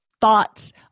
thoughts